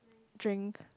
drink